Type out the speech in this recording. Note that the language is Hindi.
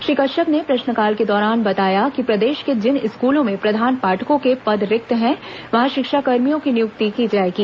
श्री कश्यप ने प्रश्नकाल के दौरान बताया कि प्रदेश के जिन स्कूलों में प्रधान पाठकों के पद रिक्त हैं वहां शिक्षाकर्मियों की नियुक्ति की जाएगी